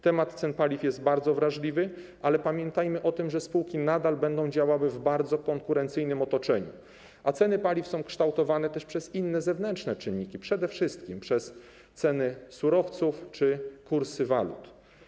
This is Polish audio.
Temat cen paliw jest bardzo wrażliwy, ale pamiętajmy o tym, że spółki nadal będą działały w bardzo konkurencyjnym otoczeniu, a ceny paliw są kształtowane też przez inne zewnętrzne czynniki, przede wszystkim przez ceny surowców czy kursy walut.